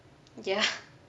ya